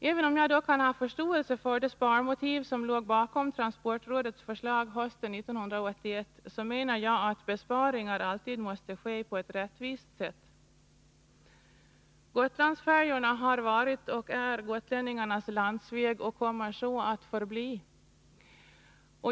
Även om jag kan ha förståelse för de sparmotiv som låg bakom transportrådets förslag hösten 1981, så menar jag att besparingar alltid måste ske på ett rättvist sätt. Gotlandsfärjorna har varit och är gotlänningarnas landsväg och kommer att så förbli.